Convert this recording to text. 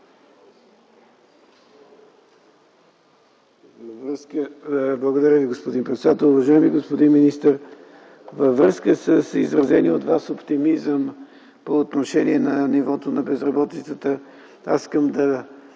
Благодаря, господин председател. Уважаеми господин министър, във връзка с изразения от Вас оптимизъм по отношение на нивото на безработица искам да